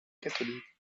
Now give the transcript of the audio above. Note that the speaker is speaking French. catholique